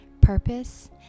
purpose